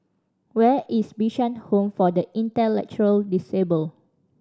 where is Bishan Home for the Intellectually Disabled